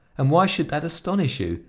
and why should that astonish you?